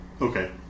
Okay